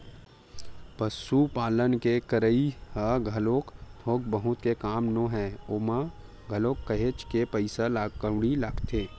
पसुपालन के करई ह घलोक थोक बहुत के काम नोहय ओमा घलोक काहेच के पइसा कउड़ी लगथे